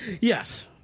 Yes